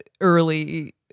early